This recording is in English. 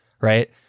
Right